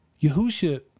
Yahusha